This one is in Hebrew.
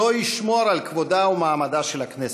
לא ישמור על כבודה ומעמדה של הכנסת.